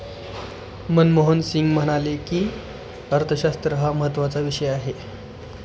मनमोहन सिंग म्हणाले की, अर्थशास्त्र हा महत्त्वाचा विषय आहे